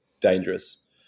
dangerous